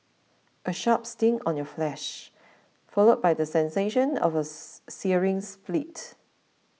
a sharp sting on your flesh followed by the sensation of a searing split